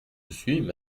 suis